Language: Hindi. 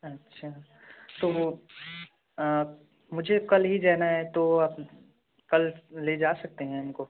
अच्छा तो वह मुझे कल ही जाना है तो आप कल ले जा सकते हैं हमको